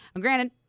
Granted